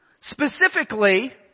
Specifically